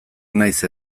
nahiz